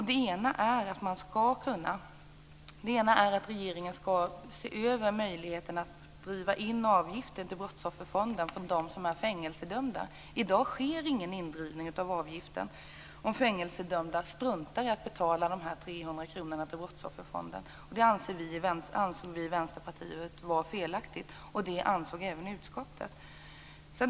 Det ena förslaget innebär att regeringen skall se över möjligheten att driva in avgiften till dag sker ingen indrivning om fängelsedömda struntar i att betala de 300 kr till Brottsofferfonden. Det anser vi i Vänsterpartiet vara felaktigt, och det anser även utskottet.